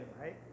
right